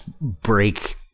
break